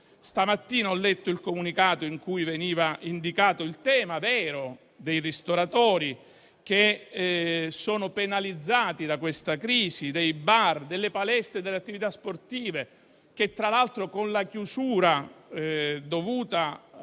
Stamattina ho letto il comunicato in cui veniva indicato il tema vero dei ristoratori che sono penalizzati da questa crisi dei bar, delle palestre e delle attività sportive, che tra l'altro con la chiusura dovuta